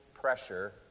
pressure